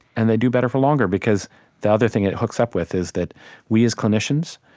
and they do better for longer because the other thing it hooks up with is that we, as clinicians,